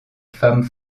femmes